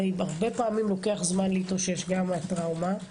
הרי הרבה פעמי לוקח זמן להתאושש גם מהטראומה.